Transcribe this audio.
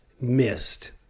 missed